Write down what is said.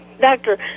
doctor